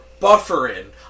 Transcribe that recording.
Bufferin